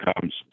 comes